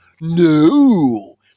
no